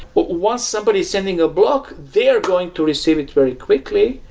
but once somebody is sending a block, they're going to receive it very quickly.